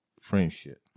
friendship